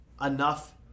enough